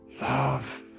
Love